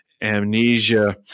amnesia